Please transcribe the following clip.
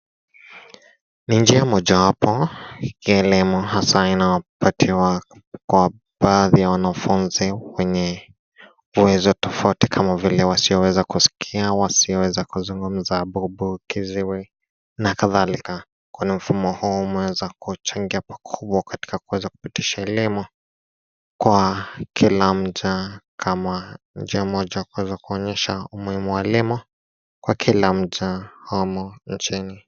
Wanawake wawili, mmoja akiwa na umri mdogo, wakitumia lugha ya ishara. Mwanamke mzima, ambaye ana tabasamu usoni, amevaa fulana ya zambarau na ana nywele zake zimefungwa nyuma. Anafanya ishara kwa mikono yake, na msichana mdogo, aliyevaa shati la bluu, anamwangalia na kuonekana akijibu au kujifunza ishara hizo.